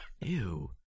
Ew